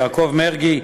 יעקב מרגי,